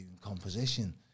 composition